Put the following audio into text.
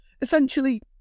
Essentially